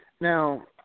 Now